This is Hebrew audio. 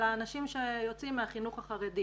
אלא אנשים שיוצאים מהחינוך החרדי.